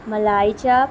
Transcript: malai chaap